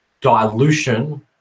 dilution